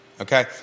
okay